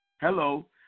Hello